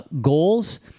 goals